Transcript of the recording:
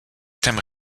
thèmes